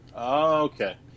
Okay